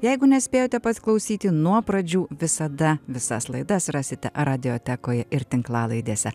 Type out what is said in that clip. jeigu nespėjote pasiklausyti nuo pradžių visada visas laidas rasite radiotekoj ir tinklalaidėse